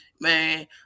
man